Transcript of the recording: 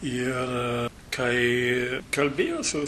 ir kai kalbėjau su